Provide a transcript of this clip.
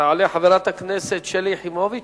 תעלה חברת הכנסת שלי יחימוביץ,